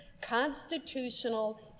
constitutional